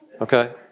Okay